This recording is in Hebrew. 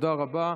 תודה רבה.